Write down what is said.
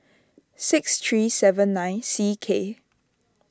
six three seven nine C K